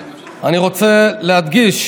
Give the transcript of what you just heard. אני רוצה להדגיש: